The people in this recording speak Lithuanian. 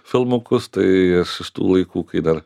filmukus tai aš iš tų laikų kai dar